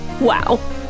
Wow